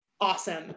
awesome